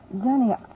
Johnny